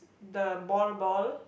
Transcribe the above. the ball ball